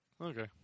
Okay